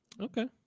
Okay